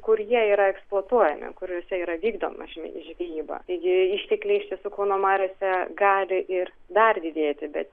kur jie yra eksploatuojami kuriuose yra vykdoma žve žvejyba taigi ištekliai iš tiesų kauno mariose gali ir dar didėti bet